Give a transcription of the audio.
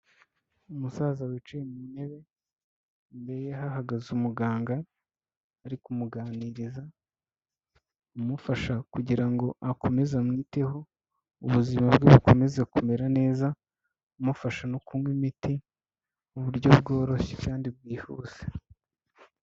Umusaza wicaye mu ntebe imbere hahagaze umuganga ari kumuganiriza umufasha kugira ngo akomeze amwiteho, ubuzima bwe bukomeze kumera neza amufasha no kunywa imiti mu buryo bworoshye kandi bwihuse.